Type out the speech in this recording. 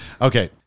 Okay